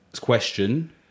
question